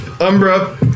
Umbra